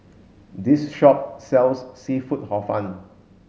this shop sells seafood hor fun